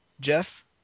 Jeff